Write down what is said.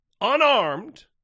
unarmed